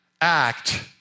act